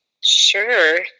Sure